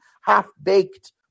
half-baked